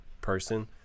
person